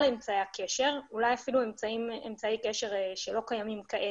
אמצעי הקשר ואולי אפילו אמצעי קשר שלא קיימים כעת.